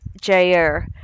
Jair